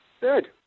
Good